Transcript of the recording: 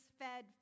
fed